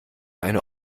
eine